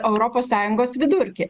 europos sąjungos vidurkį